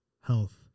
health